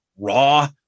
raw